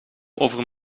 over